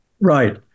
Right